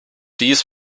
dies